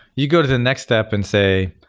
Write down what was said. you go to the next step and say,